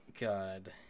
God